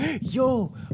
Yo